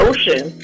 Ocean